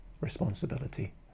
responsibility